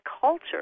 culture